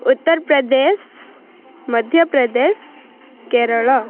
Uttar Pradesh Madhya Pradesh Kerala